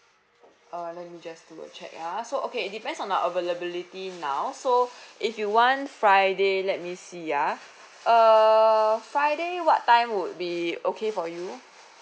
uh let me just do a check ah so okay it depends on the availability now so if you want friday let me see ah uh friday what time would be okay for you